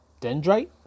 dendrite